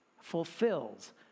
fulfills